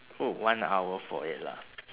oh one hour for it lah